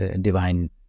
divine